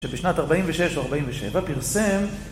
שבשנת 46-47 פרסם